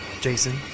Jason